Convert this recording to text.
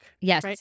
Yes